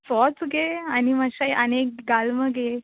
सोच गे आनी माश्शा आनी एक घाल मगे